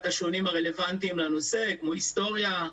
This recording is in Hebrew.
השונים הרלוונטיים לנושא כמו היסטוריה,